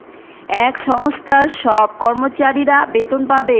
একটা সংস্থার সব কর্মচারীরা বেতন পাবে